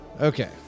Okay